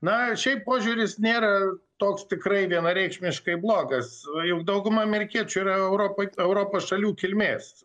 na šiaip požiūris nėra toks tikrai vienareikšmiškai blogas juk dauguma amerikiečių yra europoj europos šalių kilmės